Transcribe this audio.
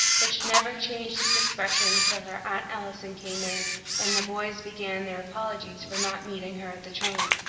which never changed its expression till her aunt allison came in and the boys began their apologies for not meeting her at the train.